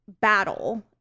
battle